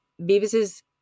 Beavis's